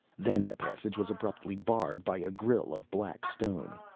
then the passage was abruptly barred by a grill of black stone.